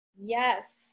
Yes